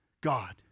God